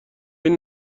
این